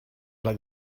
like